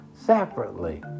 separately